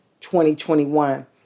2021